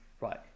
right